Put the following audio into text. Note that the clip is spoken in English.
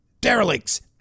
derelicts